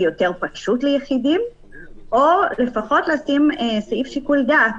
יותר פשוט ליחידים או לפחות לשים סעיף שיקול דעת